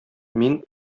мин